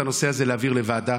את הנושא הזה חייבים להעביר לוועדה.